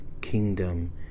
kingdom